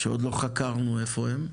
שעוד לא חקרנו איפה הם,